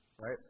right